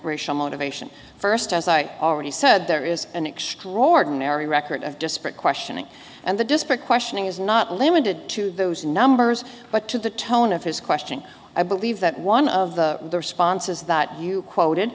racial motivation first as i already said there is an extraordinary record of disparate questioning and the disparate questioning is not limited to those numbers but to the tone of his question i believe that one of the responses that you quoted